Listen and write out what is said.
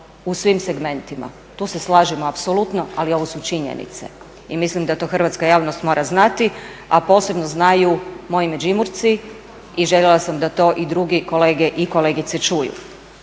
u svim segmentima. Tu se slažemo apsolutno, ali ovo su činjenice. I mislim da to hrvatska javnost mora znati, a posebno znaju moji Međimurci. I željela sam da to i drugi kolege i kolegice čuju.